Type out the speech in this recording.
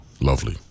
lovely